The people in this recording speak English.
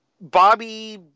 Bobby